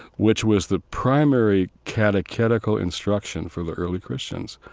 which was the primary catechetical instruction for the early christians.